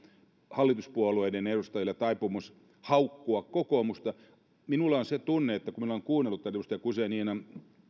hallituspuolueiden edustajilla taipumus haukkua kokoomusta minulla on se tunne kun olen kuunnellut edustaja guzeninan